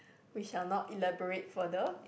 we shall not elaborate further